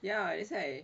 ya that's why